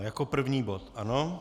Jako první bod, ano?